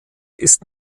ist